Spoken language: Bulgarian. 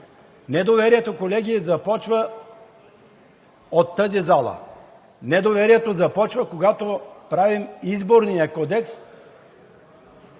Недоверието, колеги, започва от тази зала. Недоверието започва, когато правим Изборния кодекс.